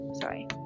Sorry